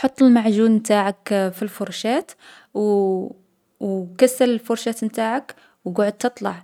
حط المعجون نتاعك في الفرشاة، و و كسّل الفرشاة نتاعك و اقعد تطلع